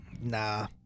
Nah